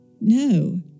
no